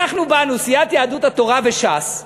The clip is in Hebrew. אנחנו באנו, סיעת יהדות התורה וש"ס,